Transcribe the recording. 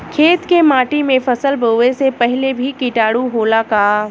खेत के माटी मे फसल बोवे से पहिले भी किटाणु होला का?